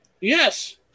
Yes